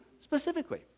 specifically